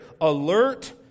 Alert